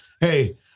Hey